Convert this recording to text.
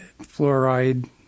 fluoride